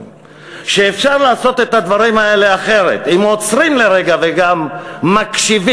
שאפשר לעשות את הדברים האלה אחרת אם עוצרים לרגע וגם מקשיבים,